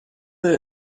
der